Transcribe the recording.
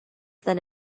than